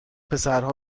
پسرها